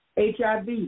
HIV